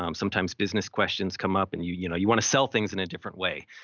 um sometimes business questions come up and you you know you want to sell things in a different way.